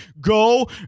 Go